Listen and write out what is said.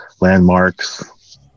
landmarks